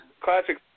classic